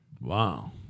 Wow